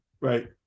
right